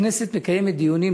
הכנסת מקיימת דיונים,